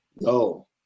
no